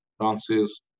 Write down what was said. dances